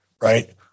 right